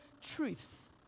truth